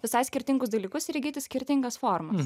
visai skirtingus dalykus ir įgyti skirtingas formas